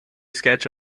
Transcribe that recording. sketch